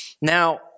Now